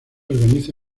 organiza